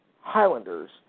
Highlanders